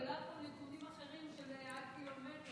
אבל הוא העלה פה נתונים אחרים של עד קילומטר,